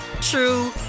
true